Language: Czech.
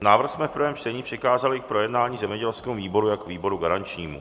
Návrh jsme v prvém čtení přikázali k projednání zemědělskému výboru jako výboru garančnímu.